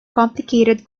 complicated